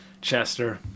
Chester